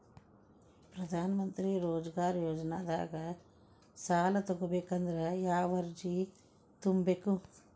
ಪ್ರಧಾನಮಂತ್ರಿ ರೋಜಗಾರ್ ಯೋಜನೆದಾಗ ಸಾಲ ತೊಗೋಬೇಕಂದ್ರ ಯಾವ ಅರ್ಜಿ ತುಂಬೇಕು?